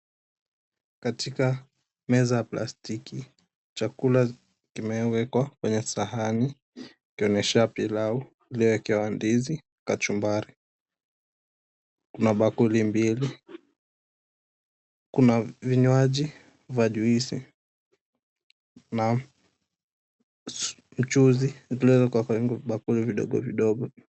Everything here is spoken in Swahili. Katika meza ya plastiki chakula kimewekwa kwenye sahani ikionyesha pilau iliyoekewa ndizi kachumbari, kuna bakuli mbili, kuna vinywaji vya juisi na mchuzi uliowekwa kwenye vibakuli vidogo vidogo.